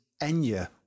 Enya